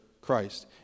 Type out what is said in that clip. Christ